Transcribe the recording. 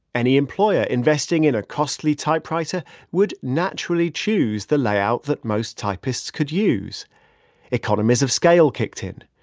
any employer investing in a costly typewriter would naturally choose the layout that most typists could use economies of scale kicked in.